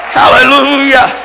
hallelujah